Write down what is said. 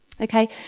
okay